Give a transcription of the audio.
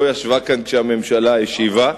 לא ישבה כאן כשהממשלה השיבה.